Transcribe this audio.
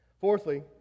Fourthly